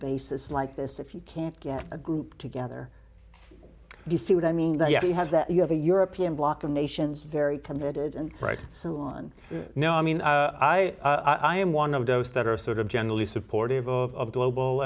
basis like this if you can't get a group together do you see what i mean yes he has that you have a european block of nations very committed and right so on no i mean i i am one of those that are sort of generally supportive of global